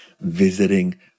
visiting